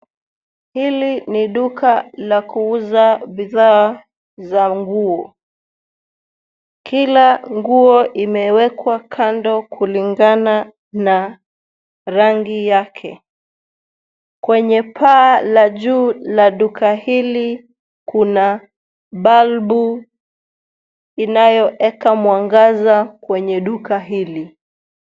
Hili ni duka la kuuza bidhaa za nguo. Kila nguo imewekwa kando kulingana na rangi yake. Kwenye paa la juu la duka hili, kuna balbu inayoeka mwangaza kwenye duka hili.